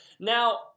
Now